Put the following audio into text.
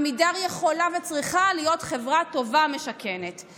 עמידר יכולה וצריכה להיות חברה משכנת טובה.